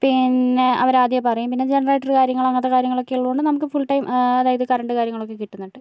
പിന്നെ അവരാദ്യമേ പറയും പിന്നെ ജനറേറ്ററ് കാര്യങ്ങള് അങ്ങനത്തെ കാര്യങ്ങളക്കേള്ളതുകൊണ്ട് നമുക്ക് ഫുൾ ടൈം അതായത് കറൻറ്റ് കാര്യങ്ങളൊക്കെ കിട്ടുന്നൊണ്ട്